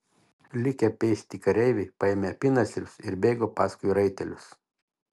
likę pėsti kareiviai paėmė apynasrius ir bėgo paskui raitelius